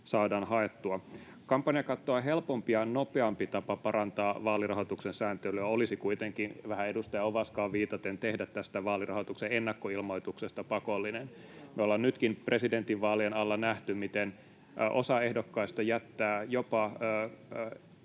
saadaan haettua. Kampanjakattoa helpompi ja nopeampi tapa parantaa vaalirahoituksen sääntelyä olisi kuitenkin — vähän edustaja Ovaskaan viitaten — tehdä tästä vaalirahoituksen ennakkoilmoituksesta pakollinen. Me ollaan nytkin presidentinvaalien alla nähty, miten osa ehdokkaista jättää jopa